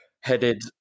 headed